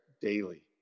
daily